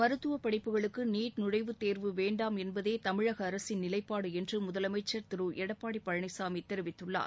மருத்துவப் படிப்புகளுக்கு நீட் நுழைவுத் தேர்வு வேண்டாம் என்பதே தமிழக அரசின் நிலைப்பாடு என்று முதலமைச்சர் திரு எடப்பாடி பழனிசாமி தெரிவித்துள்ளார்